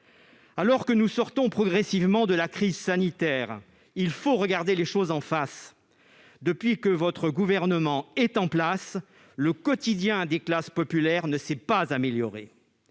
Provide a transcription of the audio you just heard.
Alors que nous sortons progressivement de la crise sanitaire, il faut regarder les choses en face : depuis que votre gouvernement est en place, le quotidien des classes populaires ne s'est pas amélioré.